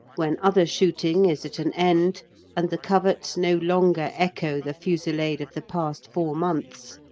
when other shooting is at an end and the coverts no longer echo the fusillade of the past four months,